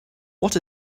what